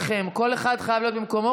כל אחד חייב להיות במקומו,